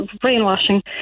brainwashing